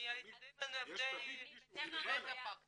יש פה את היועצת המשפטית.